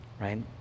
right